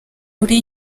uri